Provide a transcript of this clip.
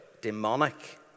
demonic